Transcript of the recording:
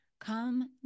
Come